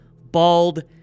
bald